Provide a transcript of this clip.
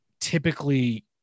typically